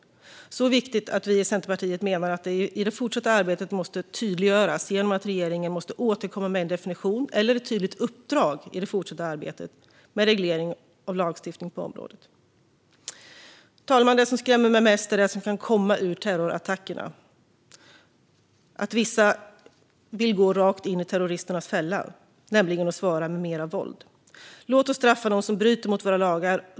Det är så viktigt att vi i Centerpartiet menar att detta måste tydliggöras genom att regeringen återkommer med en definition eller ett tydligt uppdrag i det fortsatta arbetet med reglering av lagstiftning på området. Fru talman! Det som skrämmer mig mest är det som kan komma ur terrorattackerna: att vissa vill gå rakt in i terroristernas fälla och svara med mer våld. Låt oss straffa dem som bryter mot våra lagar!